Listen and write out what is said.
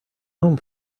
home